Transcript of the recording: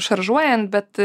šaržuojant bet